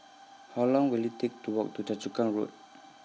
How Long Will IT Take to Walk to Choa Chu Kang Road